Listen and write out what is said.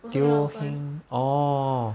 also cannot open